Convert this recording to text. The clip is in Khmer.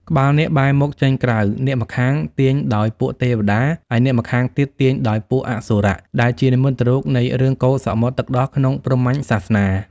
ក្បាលនាគបែរមុខចេញក្រៅ នាគម្ខាងទាញដោយពួកទេវតា ឯនាគម្ខាងទៀតទាញដោយពួកអសុរៈ ដែលជានិមិត្តរូបនៃរឿងកូរសមុទ្រទឹកដោះក្នុងព្រហ្មញ្ញសាសនា ។